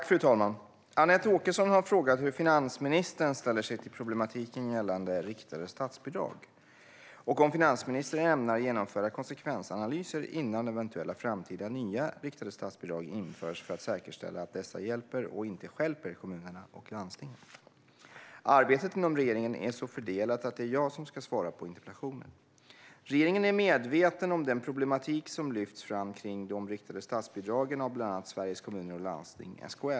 Fru talman! Anette Åkesson har frågat hur finansministern ställer sig till problematiken gällande riktade statsbidrag och om finansministern ämnar genomföra konsekvensanalyser innan eventuella framtida nya riktade statsbidrag införs för att säkerställa att dessa hjälper och inte stjälper kommunerna och landstingen. Arbetet inom regeringen är så fördelat att det är jag som ska svara på interpellationen. Regeringen är medveten om den problematik som lyfts fram kring de riktade statsbidragen av bland annat Sveriges kommuner och landsting, SKL.